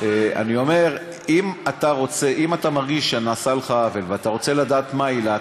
אני אומר שאם אתה מרגיש שנעשה לך עוול ואתה רוצה לדעת מה העילה,